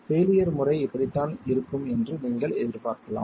failure முறை இப்படித்தான் இருக்கும் என்று நீங்கள் எதிர்பார்க்கலாம்